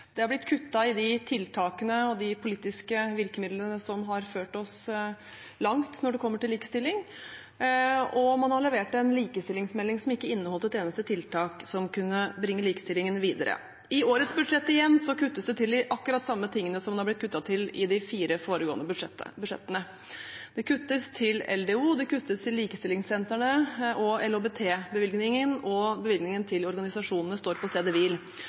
Det har blitt kuttet i de tiltakene og de politiske virkemidlene som har ført oss langt når det kommer til likestilling, og man har levert en likestillingsmelding som ikke inneholdt et eneste tiltak som kunne bringe likestillingen videre. Igjen, i årets budsjett kuttes det i akkurat det samme som det har blitt kuttet i i de fire foregående budsjettene. Det kuttes til LDO, det kuttes til likestillingssentrene, og LHBT-bevilgningen og bevilgningen til organisasjonene står på stedet hvil.